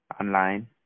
online